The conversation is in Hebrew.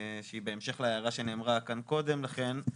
שהיא בהמשך להערה שנאמרה כאן קודם לכן,